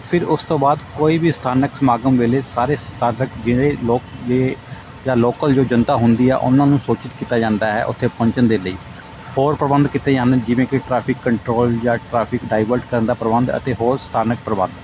ਫਿਰ ਉਸ ਤੋਂ ਬਾਅਦ ਕੋਈ ਵੀ ਸਥਾਨਕ ਸਮਾਗਮ ਵੇਲੇ ਸਾਰੇ ਸਥਾਨਕ ਜਿਵੇਂ ਲੋਕ ਜੇ ਜਾਂ ਲੋਕਲ ਜੋ ਜਨਤਾ ਹੁੰਦੀ ਆ ਉਹਨਾਂ ਨੂੰ ਸੂਚਿਤ ਕੀਤਾ ਜਾਂਦਾ ਹੈ ਉੱਥੇ ਪਹੁੰਚਣ ਦੇ ਲਈ ਹੋਰ ਪ੍ਰਬੰਧ ਕੀਤੇ ਜਾਂਦੇ ਨੇ ਜਿਵੇਂ ਕਿ ਟ੍ਰੈਫਿਕ ਕੰਟਰੋਲ ਜਾਂ ਟ੍ਰੈਫਿਕ ਡਾਇਵਰਟ ਕਰਨ ਦਾ ਪ੍ਰਬੰਧ ਅਤੇ ਹੋਰ ਸਥਾਨਕ ਪ੍ਰਬੰਧ